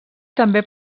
també